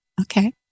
Okay